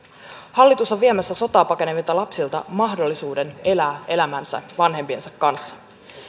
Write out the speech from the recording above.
hallitus on viemässä sotaa pakenevilta lapsilta mahdollisuuden elää elämänsä vanhempiensa kanssa